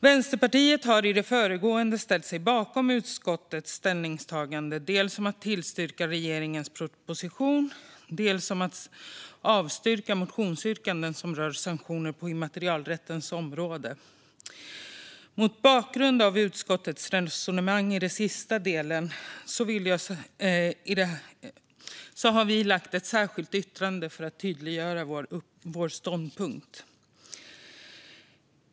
Vänsterpartiet har i det föregående ställt sig bakom utskottets ställningstagande att dels tillstyrka regeringens proposition, dels avstyrka motionsyrkanden som rör sanktioner på immaterialrättens område. Mot bakgrund av utskottets resonemang i den sista delen har vi ett särskilt yttrande för att tydliggöra vår ståndpunkt.